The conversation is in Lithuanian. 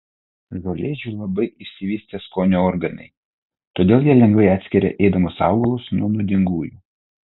žolėdžių labai išsivystę skonio organai todėl jie lengvai atskiria ėdamus augalus nuo nuodingųjų